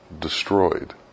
destroyed